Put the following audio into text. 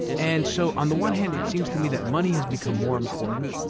and so on the one hand, it seems to me that money has become more important,